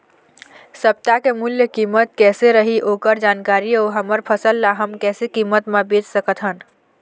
सप्ता के मूल्य कीमत कैसे रही ओकर जानकारी अऊ हमर फसल ला हम कैसे कीमत मा बेच सकत हन?